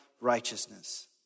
righteousness